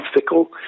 fickle